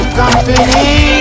company